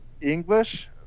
English